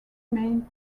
main